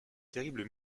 terrible